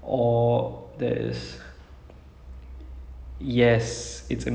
oh is house of cards good like I've never actually seen it but I heard like that it's good